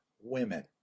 women